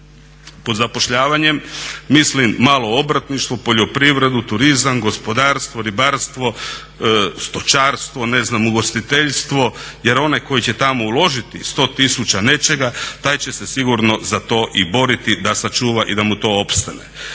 Pod zapošljavanjem mislim malo obrtništvo, poljoprivredu, turizam, gospodarstvo, ribarstvo, stočarstvo, ugostiteljstvo, jer onaj koji će tamo uložiti 100 000 nečega taj će se sigurno za to i boriti da sačuva i da mu to opstane.